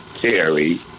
carry